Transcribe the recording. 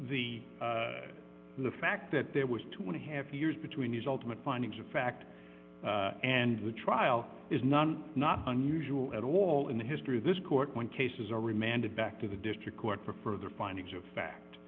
the the fact that there was two and a half years between his ultimate findings of fact and the trial is not not unusual at all in the history of this court when cases are remanded back to the district court for further findings of fact